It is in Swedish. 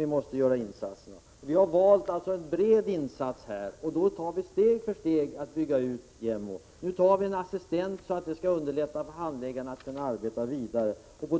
Vi har alltså valt att göra en bred insats, varvid vi steg för steg bygger ut JämO:s verksamhet. Vi föreslår nu en assistent, som kan underlätta för handläggarna att arbeta vidare. Vi är